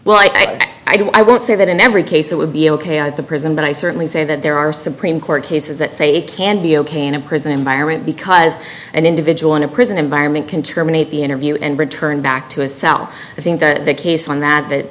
guess i do i won't say that in every case it would be ok at the prison but i certainly say that there are supreme court cases that say it can be ok in a prison environment because an individual in a prison environment can terminate the interview and return back to a cell i think the case on that that